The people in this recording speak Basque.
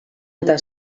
eta